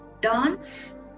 dance